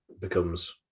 becomes